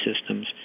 systems